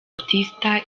batista